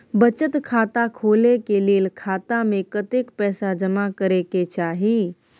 बचत खाता खोले के लेल खाता में कतेक पैसा जमा करे के चाही?